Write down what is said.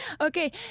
Okay